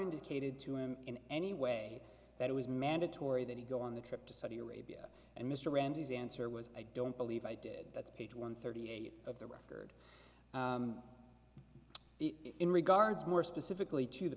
indicated to him in any way that it was mandatory that he go on the trip to saudi arabia and mr randi's answer was i don't believe i did that's page one thirty eight of the record the in regards more specifically to the